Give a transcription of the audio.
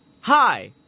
Hi